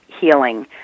healing